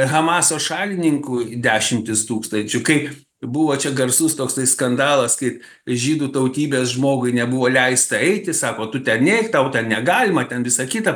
hamaso šalininkų dešimtys tūkstančių kai buvo čia garsus toksai skandalas kai žydų tautybės žmogui nebuvo leista eiti sako tu ten neik tau ten negalima ten visa kita